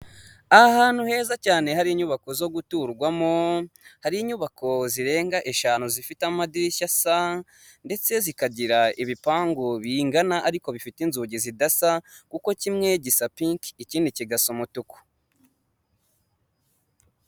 Umugabo wambaye ishati ya kake isaha ku kuboko ndetse n'agasaraba ku kundi afite umusatsi uringaniye, imbere ye hari icupa ry'amazi ndetse na mudasobwa, inyuma ye hari icyapa kiriho idarapo y'u Rwanda.